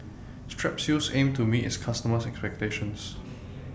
Strepsils Aim to meet its customers' expectations